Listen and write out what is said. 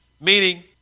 Meaning